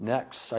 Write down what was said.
Next